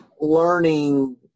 learning